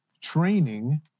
training